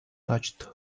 touched